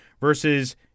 versus